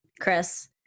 Chris